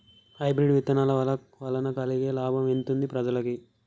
Hybrid విత్తనాల వలన కలిగే లాభం ఎంతుంది ప్రజలకి?